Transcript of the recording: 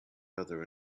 other